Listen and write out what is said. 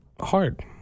hard